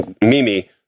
mimi